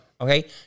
Okay